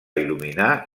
il·luminar